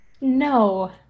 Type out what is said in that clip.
No